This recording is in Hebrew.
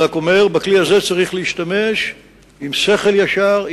אני רק אומר שבכלי הזה צריך להשתמש עם שכל ישר,